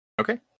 Okay